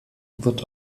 wird